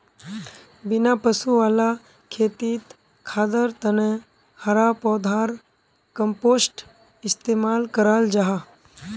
बिना पशु वाला खेतित खादर तने हरा पौधार कम्पोस्ट इस्तेमाल कराल जाहा